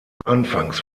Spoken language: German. anfangs